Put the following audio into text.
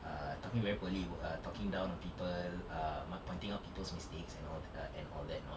err talking very poorly wer~ talking down on people err mar~ pointing out people's mistakes and all th~ uh and all that you know